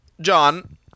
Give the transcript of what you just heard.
John